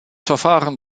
verfahren